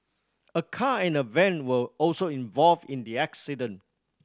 a car and a van were also involved in the accident